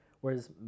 Whereas